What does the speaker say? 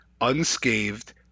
unscathed